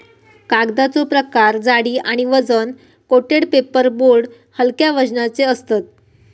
कागदाचो प्रकार जाडी आणि वजन कोटेड पेपर बोर्ड हलक्या वजनाचे असतत